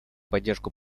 поддержку